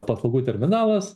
paslaugų terminalas